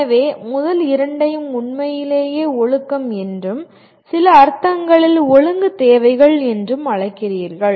எனவே முதல் இரண்டையும் உண்மையிலேயே ஒழுக்கம் என்றும் சில அர்த்தங்களில் ஒழுங்கு தேவைகள் என்றும் அழைக்கிறீர்கள்